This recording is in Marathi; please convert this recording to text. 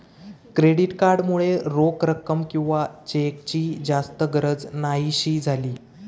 क्रेडिट कार्ड मुळे रोख रक्कम किंवा चेकची जास्त गरज न्हाहीशी झाली